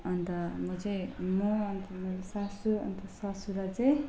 अन्त म चाहिँ म अन्त मेरो सासू अन्त ससुरा चाहिँ